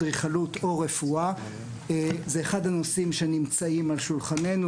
אדריכלות או רפואה - זה אחד הנושאים שנמצאים על שולחננו.